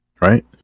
right